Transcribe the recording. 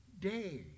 day